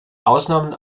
ausnahmen